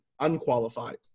unqualified